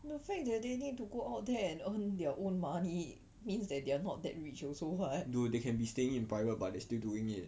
the fact that they need to go out there and earn their own money means that they are not that rich also what